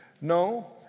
No